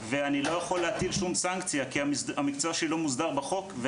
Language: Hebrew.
אני לא יכול להטיל שום סנקציה כי המקצוע שלי לא מוסדר בחוק.